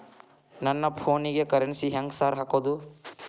ನನ್ ಫೋನಿಗೆ ಕರೆನ್ಸಿ ಹೆಂಗ್ ಸಾರ್ ಹಾಕೋದ್?